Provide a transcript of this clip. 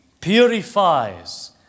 Purifies